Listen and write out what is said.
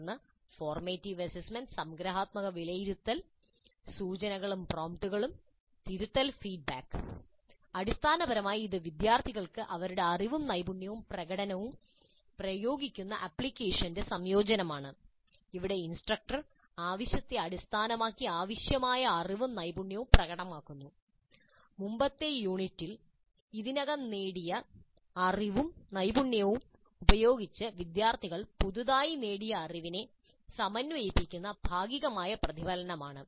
തുടർന്ന് formative assessment സംഗ്രഹാത്മക വിലയിരുത്തൽ സൂചനകളും പ്രോംപ്റ്റുകളും തിരുത്തൽ ഫീഡ്ബാക്ക് അടിസ്ഥാനപരമായി ഇത് വിദ്യാർത്ഥികൾ അവരുടെ അറിവും നൈപുണ്യവും പ്രകടനവും പ്രയോഗിക്കുന്ന ആപ്ലിക്കേഷന്റെ സംയോജനമാണ് ഇവിടെ ഇൻസ്ട്രക്ടർ ആവശ്യത്തെ അടിസ്ഥാനമാക്കി ആവശ്യമായ അറിവും നൈപുണ്യവും പ്രകടമാക്കുന്നു മുമ്പത്തെ യൂണിറ്റുകളിൽ ഇതിനകം നേടിയ അറിവും നൈപുണ്യവും ഉപയോഗിച്ച് വിദ്യാർത്ഥികൾ പുതുതായി നേടിയ അറിവിനെ സമന്വയിപ്പിക്കുന്ന ഭാഗികമായ പ്രതിഫലനമാണ്